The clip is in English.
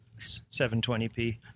720p